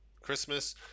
Christmas